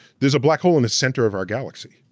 there's a black hole in the center of our galaxy.